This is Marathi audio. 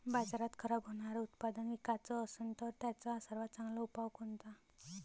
बाजारात खराब होनारं उत्पादन विकाच असन तर त्याचा सर्वात चांगला उपाव कोनता?